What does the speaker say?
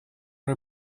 her